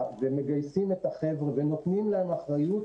ומגייסים את החבר'ה ונותנים להם אחריות,